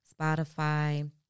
Spotify